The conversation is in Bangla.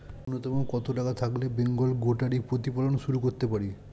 নূন্যতম কত টাকা থাকলে বেঙ্গল গোটারি প্রতিপালন শুরু করতে পারি?